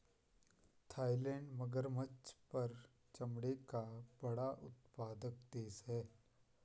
Thailand मगरमच्छ पर चमड़े का बड़ा उत्पादक देश है